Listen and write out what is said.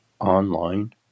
online